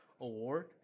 award